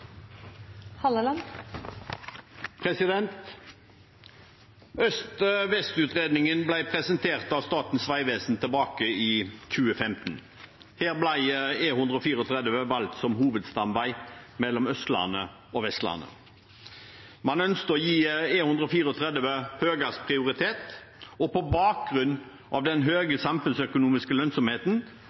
presentert av Statens vegvesen tilbake i 2015. Her ble E134 valgt som hovedstamvei mellom Østlandet og Vestlandet. Man ønsket å gi E134 høyest prioritet, og på bakgrunn av den høye samfunnsøkonomiske lønnsomheten